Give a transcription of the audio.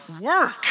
work